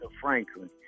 Franklin